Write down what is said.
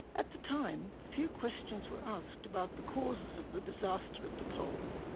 at the time, few questions were asked about the causes of the disaster at the pole,